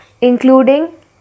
including